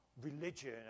religion